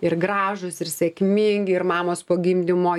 ir gražūs ir sėkmingi ir mamos po gimdymo